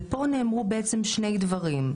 ופה נאמרו בעצם שלושה דברים.